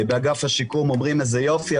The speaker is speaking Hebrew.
באגף השיקום אומרים, איזה יופי.